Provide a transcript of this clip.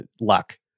luck